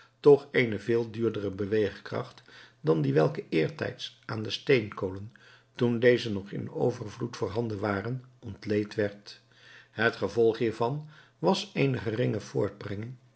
toch eene veel duurdere beweegkracht dan die welke eertijds aan de steenkolen toen deze nog in overvloed voorhanden waren ontleend werd het gevolg hiervan was eene geringere voortbrenging